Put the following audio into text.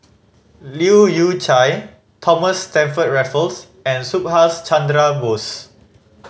Leu Yew Chye Thomas Stamford Raffles and Subhas Chandra Bose